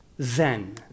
zen